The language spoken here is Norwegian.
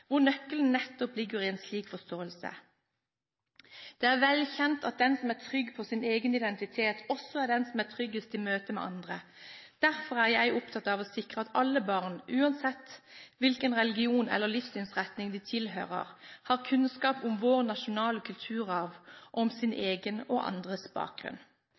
hvor nøkkelen nettopp ligger i en slik forståelse. Det er velkjent at den som er trygg på sin egen identitet, også er den som er tryggest i møte med andre. Derfor er jeg opptatt av å sikre at alle barn, uansett hvilken religion eller livssynsretning de tilhører, har kunnskap om vår nasjonale kulturarv og om sin egen og andres bakgrunn.